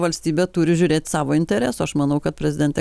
valstybė turi žiūrėt savo intereso aš manau kad prezidentė